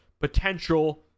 potential